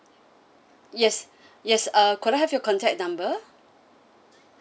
yes yes uh could I have your contact number